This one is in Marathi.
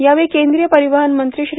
यावेळी केंद्रीय परिवहन मंत्री श्री